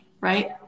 right